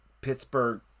Pittsburgh